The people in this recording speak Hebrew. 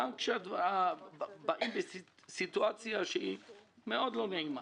הגם שבאים לסיטואציה מאוד לא נעימה,